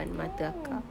oh